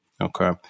Okay